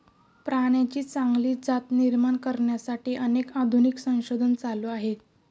प्राण्यांची चांगली जात निर्माण करण्यासाठी अनेक आधुनिक संशोधन चालू आहे